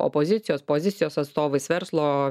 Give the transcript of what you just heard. opozicijos pozicijos atstovais verslo